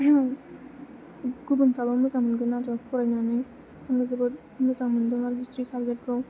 गुबुनफ्राबो मोजां मोनगोन आरो फरायनानै आङो जोबोद मोजां मोन्दों आरो हिसथ्रि साबजेतखौ